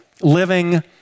living